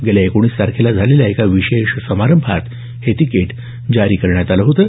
गेल्या एकोणीस तारखेला झालेल्या एका विशेष समारंभात हे तिकीट जारी करण्यात आलं होतं